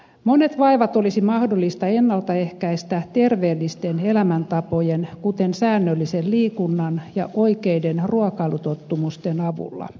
monet vaivat olisi mahdollista ennalta ehkäistä terveellisten elämäntapojen kuten säännöllisen liikunnan ja oikeiden ruokailutottumusten avulla